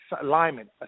alignment